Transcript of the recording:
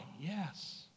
Yes